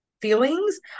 feelings